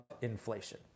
inflation